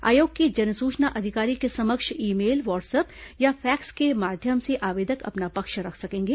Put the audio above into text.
आयोग के जनसूचना अधिकारी के समक्ष ई मेल व्हाट्सअप या फैक्स के माध्यम से आवेदक अपना पक्ष रख सकेंगे